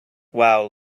wow